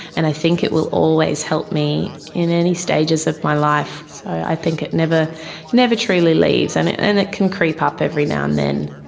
and i think it will always help me in any stages of my life, so i think it never never truly leaves, and it and can can creep up every now and then.